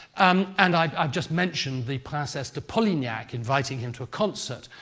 um and i just mentioned the princesse de polignac inviting him to a concert.